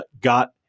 got